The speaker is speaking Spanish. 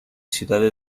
ciudades